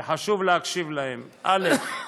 וחשוב להקשיב להם: א.